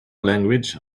language